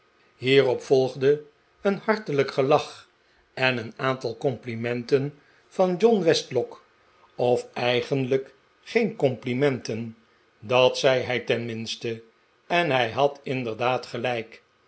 hierop volgde een hartelijk gelach en een aantal complimenten van john westlock of eigenlijk geen complimenten dat zei hij tenminste en hij had inderdaad gelijk